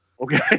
Okay